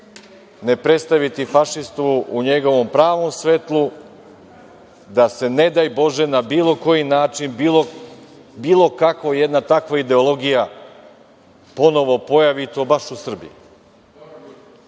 ne predstaviti fašistu u njegovom pravom svetlu, da se, ne daj Bože, na bilo koji način, bilo kako jedna takva ideologija ponovo pojavi, i to baš u Srbiji. Da